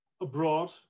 abroad